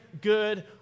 good